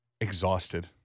exhausted